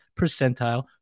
percentile